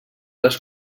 les